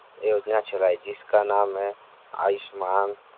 योजना चलाई जिसका नाम है अयुष्मान